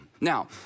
Now